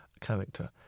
character